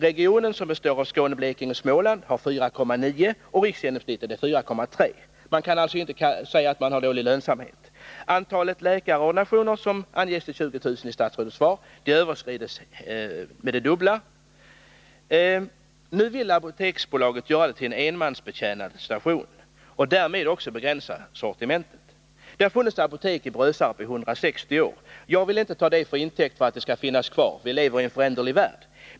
Regionen, som består av Skåne, Blekinge och Småland, har en lönsamhet på 4,9 26, och riksgenomsnittet är 4,3 20. Man kan alltså inte säga att detta apotek har dålig lönsamhet. Det för inrättande av apotek förutsatta antalet läkarordinationer, som anges till 20 000 i statsrådets svar, överskrids med det dubbla. Det har funnits apotek i Brösarp i 160 år. Jag vill inte ta detta till intäkt för att det skall finnas kvar —vilever i en föränderlig värld.